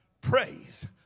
praise